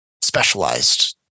specialized